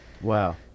Wow